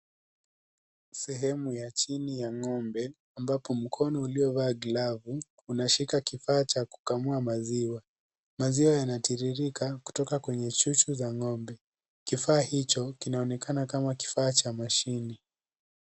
Sehemu ya chini ya ngombe, ambapo mkono ulio vaa glavu, unashika kifaa cha kukamua maziwa, maziwa yana tiririka kutoka kwenye chuchu za ngombe, kifaa hicho, kinaonekana kama kifaa cha mashini.